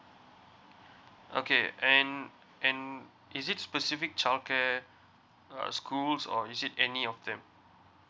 okay and and is it specific childcare uh schools or is it any of them